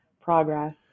progress